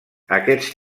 aquests